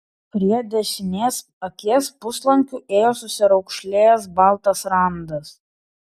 prie dešinės akies puslankiu ėjo susiraukšlėjęs baltas randas